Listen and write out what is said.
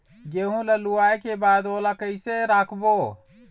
गेहूं ला लुवाऐ के बाद ओला कइसे राखबो?